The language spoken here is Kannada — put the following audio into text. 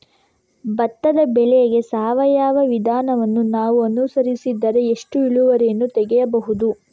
ಭತ್ತದ ಬೆಳೆಗೆ ಸಾವಯವ ವಿಧಾನವನ್ನು ನಾವು ಅನುಸರಿಸಿದರೆ ಎಷ್ಟು ಇಳುವರಿಯನ್ನು ತೆಗೆಯಬಹುದು?